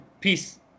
Peace